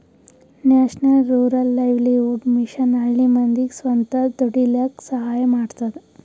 national rural livelihood mission ಹಳ್ಳಿ ಮಂದಿಗ್ ಸ್ವಂತ ದುಡೀಲಕ್ಕ ಸಹಾಯ ಮಾಡ್ತದ